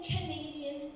Canadian